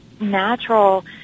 natural